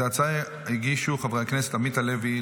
את ההצעה הגישו חברי הכנסת עמית הלוי,